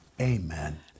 amen